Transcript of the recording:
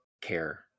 care